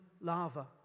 lava